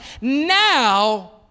now